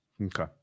Okay